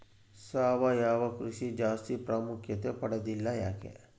ಸಾವಯವ ಕೃಷಿ ಜಾಸ್ತಿ ಪ್ರಾಮುಖ್ಯತೆ ಪಡೆದಿಲ್ಲ ಯಾಕೆ?